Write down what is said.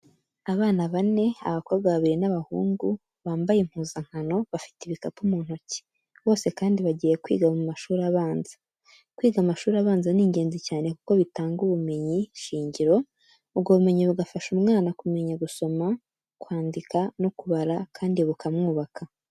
Abana bane, abakobwa babiri n'abahungu bambye impuzankano bafite ibikapu mu ntoki, bose kandi bagiye kwiga mu mashuri abanza. Kwiga amashuri abanza ni ingenzi cyane kuko bitanga ubumenyi shingiro, ubwo bumenyi bugafasha umwana kumenya gusoma, kwandika no kubara kandi bukamwubaka.